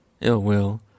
ill-will